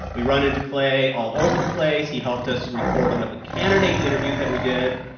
we run into clay all over the place. he helped us record all of the candidate interviews that we did.